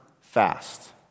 fast